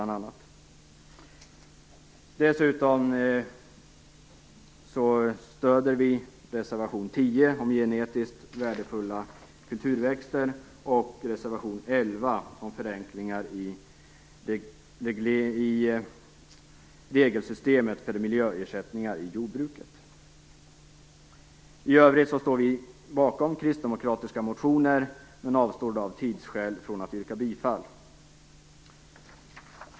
Dessutom stöder vi reservation 10 om genetiskt värdefulla kulturväxter och reservation 11 om förenklingar i regelsystemet för miljöersättningar i jordbruket. I övrigt står vi bakom kristdemokratiska motioner men avstår av tidsskäl från att yrka bifall till dem.